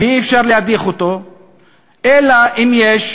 ואי-אפשר להדיח אותו אלא אם כן יש